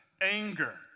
anger